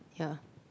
ya